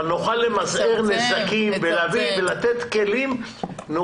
אבל נוכל למזער נזקים ולתת כלים.